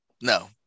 No